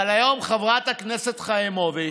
אבל היום, חברת הכנסת חיימוביץ',